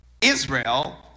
Israel